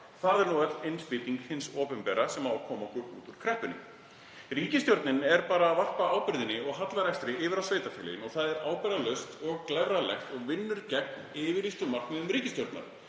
Það er nú öll innspýting hins opinbera sem á að koma okkur út úr kreppunni. Ríkisstjórnin varpar bara ábyrgðinni á hallarekstri yfir á sveitarfélögin. Það er ábyrgðarlaust og glæfralegt og vinnur gegn yfirlýstum markmiðum ríkisstjórnarinnar,